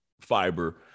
fiber